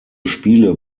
spiele